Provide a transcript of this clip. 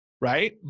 right